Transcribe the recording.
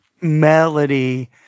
Melody